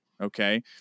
okay